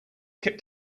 kept